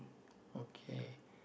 okay